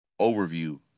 overview